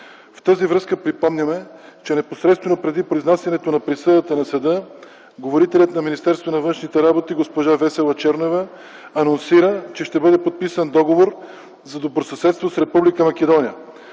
с това припомняме, че непосредствено преди произнасянето на присъдата на съда говорителят на Министерството на външните работи госпожа Весела Чернева анонсира, че ще бъде подписан Договор за добросъседство с Република Македония.